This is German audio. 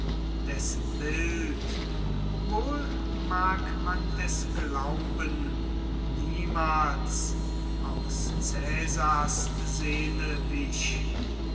dessen bild wohl mag man es glauben niemals aus caesars seele wich